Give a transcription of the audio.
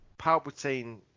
Palpatine